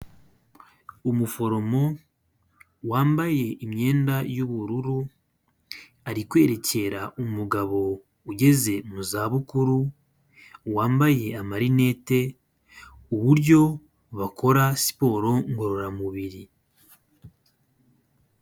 Umuforomo wambaye imyenda y'ubururu, ari kwerekera umugabo ugeze mu za bukuru, wambaye amarinete, uburyo bakora siporo ngororamubiri.